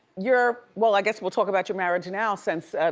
you're well, i guess we'll talk about your marriage now since,